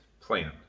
plan